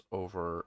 over